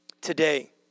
Today